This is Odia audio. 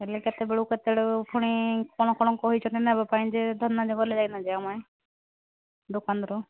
ହେଲେ କେତେବେଳୁ କେତେବେଳକୁ ପୁଣି କ'ଣ କ'ଣ କହିଛନ୍ତି ନେବା ପାଇଁ ଯେ ଧନ ଯେ ମୁଇଁ ଦୋକାନରୁ